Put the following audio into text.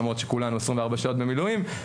למרות שכולנו 24 שעות במילואים,